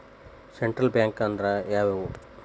Central bank ಅಂದ್ರ ಯಾವ್ಯಾವು?